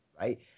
right